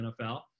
NFL